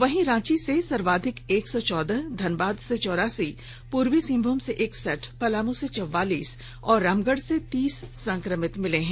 वहीं रांची से सर्वाधिक एक सौ चौदह धनबाद से चौरासी पूर्वी सिंहभूम से इकसठ पलामू से चौवालीस और रामगढ़ से तीस संक्रमित मिले हैं